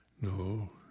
No